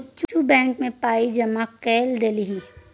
बुच्ची बैंक मे पाय जमा कए देलहुँ